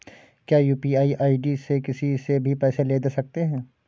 क्या UPI ID से किसी से भी पैसे ले दे सकते हैं?